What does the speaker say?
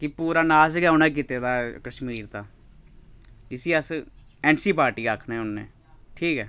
कि पूरा नास गै उ'नें कीते दा कश्मीर दा जिसी अस एन सी पार्टी आखने होन्ने ठीक ऐ